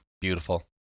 Beautiful